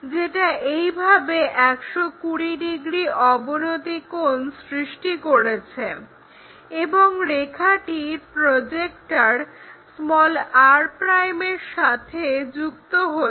যেটা এইভাবে 120 ডিগ্রী অবনতি কোণ সৃষ্টি করেছে এবং রেখাটি প্রজেক্টর r' এর সাথে যুক্ত হচ্ছে